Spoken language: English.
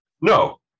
No